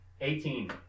Eighteen